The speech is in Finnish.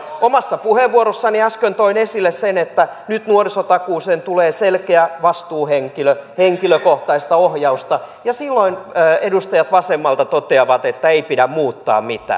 omassa puheenvuorossani äsken toin esille sen että nyt nuorisotakuuseen tulee selkeä vastuuhenkilö henkilökohtaista ohjausta ja silloin edustajat vasemmalta toteavat että ei pidä muuttaa mitään